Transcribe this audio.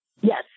Yes